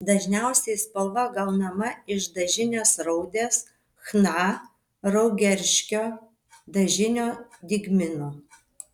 dažniausiai spalva gaunama iš dažinės raudės chna raugerškio dažinio dygmino